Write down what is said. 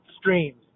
Streams